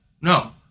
No